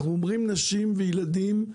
אנחנו רואים נשים וילדים.